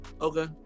okay